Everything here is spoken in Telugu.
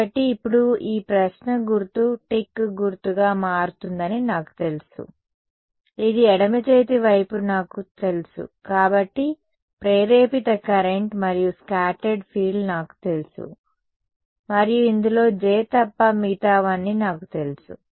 కాబట్టి ఇప్పుడు ఈ ప్రశ్న గుర్తు టిక్ గుర్తుగా మారుతుందని నాకు తెలుసు ఇది ఎడమ చేతి వైపు నాకు తెలుసు కాబట్టి ప్రేరేపిత కరెంట్ మరియు స్కాటర్డ్ ఫీల్డ్ నాకు తెలుసు మరియు ఇందులో J తప్ప మిగతావన్నీ నాకు తెలుసు